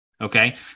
Okay